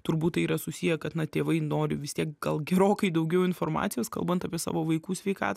turbūt tai yra susiję kad na tėvai nori vis tiek gal gerokai daugiau informacijos kalbant apie savo vaikų sveikatą